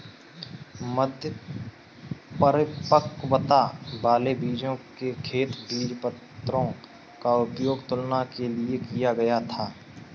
मध्य परिपक्वता वाले बीजों के खेत बीजपत्रों का उपयोग तुलना के लिए किया गया था